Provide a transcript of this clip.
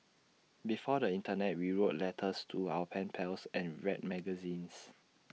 before the Internet we wrote letters to our pen pals and read magazines